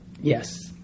Yes